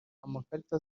amakarita